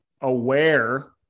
aware